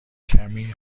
کمی